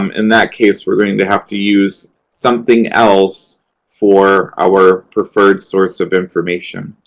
um in that case, we're going to have to use something else for our preferred source of information.